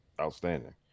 Outstanding